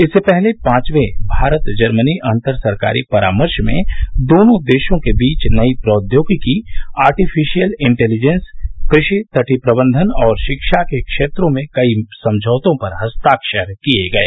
इससे पहले पांचवें भारत जर्मनी अंतर सरकारी परामर्श में दोनों देशों के बीच नई प्रौद्योगिकी आर्टिफिशियल इंटेलिजेंस कृषि तटीय प्रबंधन और शिक्षा के क्षेत्रों में कई समझौतों पर हस्ताक्षर किए गए